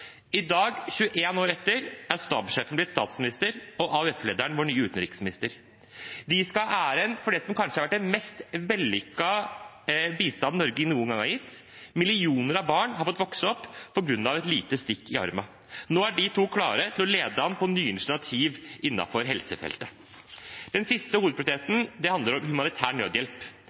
i Verdens helseorganisasjon. I dag, 21 år etter, er stabssjefen blitt statsminister og AUF-lederen vår nye utenriksminister. De skal ha æren for det som kanskje har vært den mest vellykkede bistanden Norge noen gang har gitt. Millioner av barn har fått vokse opp på grunn av et lite stikk i armen. Nå er de to klare til å lede an på nye initiativ innenfor helsefeltet. Den siste hovedprioriteten handler om humanitær nødhjelp.